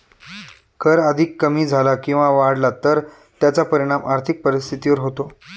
कर अधिक कमी झाला किंवा वाढला तर त्याचा परिणाम आर्थिक परिस्थितीवर होतो